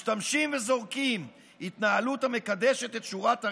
משתמשים וזורקים, התנהלות המקדשת את שורת הרווח,